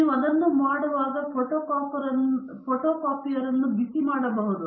ನೀವು ಅದನ್ನು ಮಾಡುವಾಗ ಫೋಟೊಕಾಪಿಯರ್ ಅನ್ನು ಬಿಸಿಮಾಡಬಹುದು